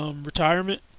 Retirement